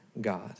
God